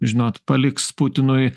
žinot paliks putinui